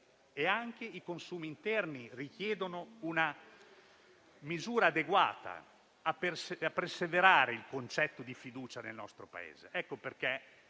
e anche i consumi interni richiedono una misura adeguata a perseverare il concetto di fiducia nel nostro Paese.